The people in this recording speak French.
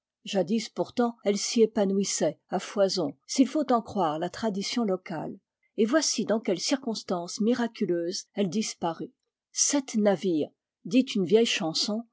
jadis pourtant elle s'y épanouissait à foison s'il faut en croire la tradition locale et voici dans quelles circonstances miraculeuses elle disparut sept navires dit une vieille chanson